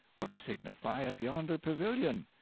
what signifieth yonder pavilion?